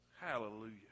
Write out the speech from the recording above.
Hallelujah